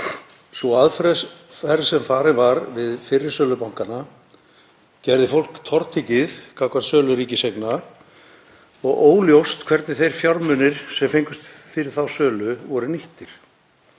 Sú aðferð sem notuð var við fyrri sölu bankanna gerði fólk tortryggið gagnvart sölu ríkiseigna og óljóst hvernig þeir fjármunir sem fengust fyrir þá sölu voru nýttir.